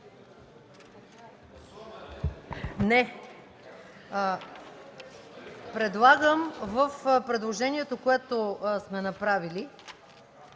Предлагам в предложението, което сме направили,